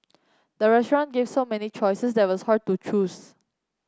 the restaurant gave so many choices that was hard to choose